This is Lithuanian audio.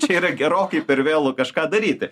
čia yra gerokai per vėlu kažką daryti